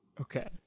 Okay